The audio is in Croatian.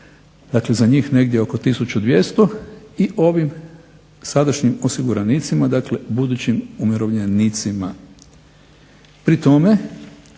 Dakle, za njih negdje oko 1200 i ovim sadašnjim osiguranicima dakle budućim umirovljenicima. Pri tome,